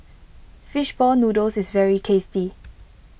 Fish Ball Noodles is very tasty